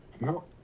No